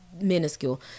minuscule